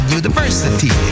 university